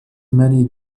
many